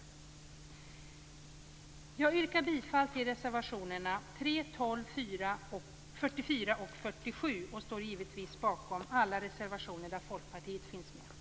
Jag yrkar bifall till reservationerna 3, 12, 44 och 47, men jag står givetvis bakom alla reservationer som folkpartister undertecknat.